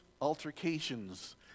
altercations